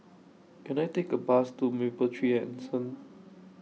Can I Take A Bus to Mapletree Anson